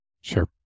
sure